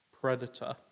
Predator